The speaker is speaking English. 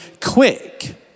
quick